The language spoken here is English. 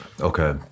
Okay